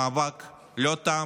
המאבק לא תם,